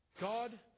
God